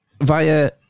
via